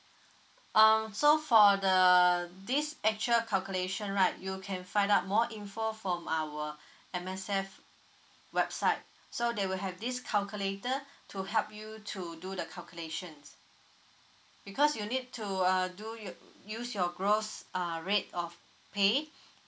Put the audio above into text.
um so for the this actual calculation right you can find out more info form our M_S_F website so they will have this calculator to help you to do the calculations because you need to uh do you use your gross uh rate of pay